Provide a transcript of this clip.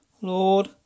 Lord